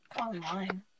online